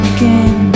Again